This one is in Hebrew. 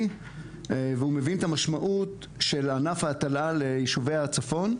והוא מבין את המשמעות של ענף ההטלה על יישובי הצפון,